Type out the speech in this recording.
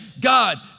God